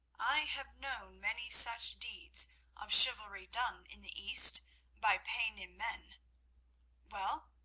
i have known many such deeds of chivalry done in the east by paynim men well,